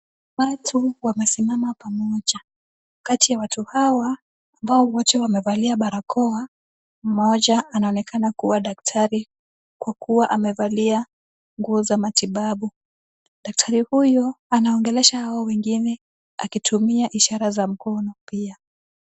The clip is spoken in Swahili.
Watu wamesimama pamoja. Kati ya watu hawa ambao wote wamevalia barakoa, mmoja anaonekana kuwa daktari kwa kuwa amevalia nguo za matibabu. Daktari huyu anaongelesha hao wengine akitumia ishara za mikono pia.